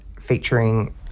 featuring